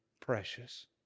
precious